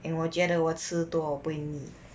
eh 我觉得我吃多我不会腻